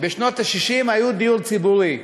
בשנות ה-60 היו דיור ציבורי.